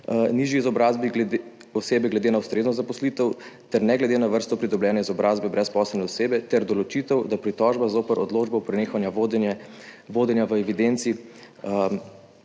nižji izobrazbi osebe glede na ustrezno zaposlitev in ne glede na vrsto pridobljene izobrazbe brezposelne osebe, ter določitev, da pritožba zoper odločbo o prenehanju vodenja v evidenci